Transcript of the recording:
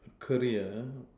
career ah